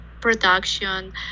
production